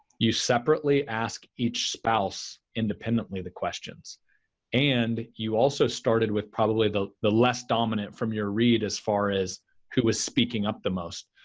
you separately ask each spouse independently the questions and you also started with probably the the less dominant from your read as far as who was speaking up the most.